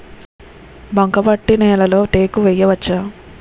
బంకమట్టి నేలలో టేకు వేయవచ్చా?